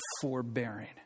forbearing